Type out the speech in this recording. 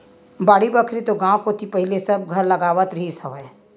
बाड़ी बखरी तो गाँव कोती पहिली सबे घर लगावत रिहिस हवय